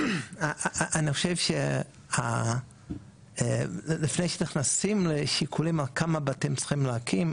אני חושב שלפני שנכנסים לשיקולים כמה בתים צריכים להקים?